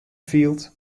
fielt